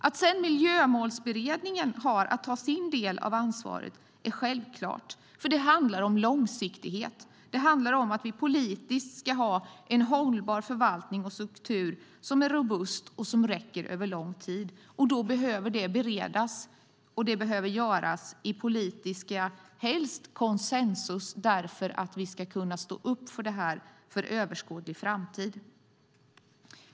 Att Miljömålsberedningen sedan har att ta sin del av ansvaret är självklart, för det handlar om långsiktighet. Det handlar om att vi politiskt ska ha en hållbar förvaltning och struktur, en som är robust och håller över lång tid. Det behöver beredas, och det behöver helst ske med politisk konsensus för att vi ska kunna stå upp för det under överskådlig tid.